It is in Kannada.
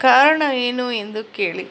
ಕಾರಣ ಏನು ಎಂದು ಕೇಳಿ